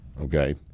Okay